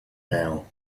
now